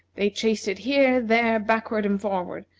they chased it here, there, backward and forward,